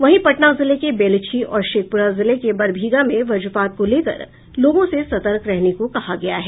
वहीं पटना जिले के बेलछी और शेखपुरा जिले के बरबीघा में वज्रपात को लेकर लोगों से सतर्क रहने को कहा गया है